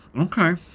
Okay